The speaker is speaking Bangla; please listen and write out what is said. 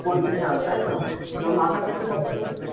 পঁয়তিরিশ হাজার তাই তো মা মাথা পিছু কতো পড়ছে